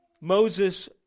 Moses